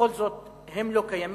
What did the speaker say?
בכל זאת הם לא קיימים,